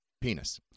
penis